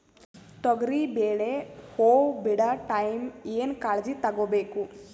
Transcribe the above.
ತೊಗರಿಬೇಳೆ ಹೊವ ಬಿಡ ಟೈಮ್ ಏನ ಕಾಳಜಿ ತಗೋಬೇಕು?